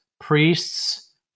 priests